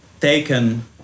taken